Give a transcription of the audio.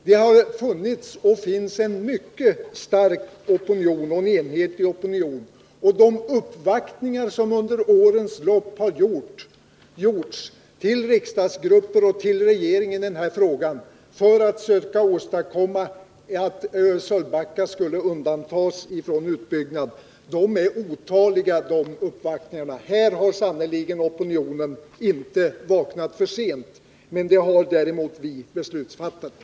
Det har funnits och finns en mycket stark och enig opinion. De uppvaktningar och framställningar som under årens lopp har gjorts hos riksdagsgrupper och regering när det gäller den här frågan i syfte att åstadkomma att Sölvbackaströmmarna undantas från utbyggnad är otaliga. Här har sannerligen opinionen inte vaknat för sent, men det har däremot beslutsfattarna.